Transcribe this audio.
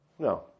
No